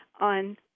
on